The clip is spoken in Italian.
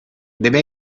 deve